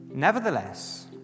Nevertheless